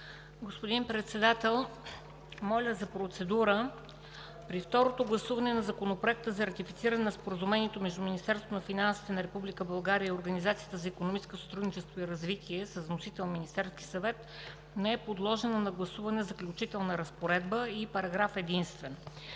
Господин Председател, моля за процедура. При второто гласуване на Законопроекта за ратифициране на Споразумението между Министерството на финансите на Република България и Организацията за икономическо сътрудничество и развитие с вносител Министерския съвет не е подложена на гласуване Заключителна разпоредба и параграф единствен.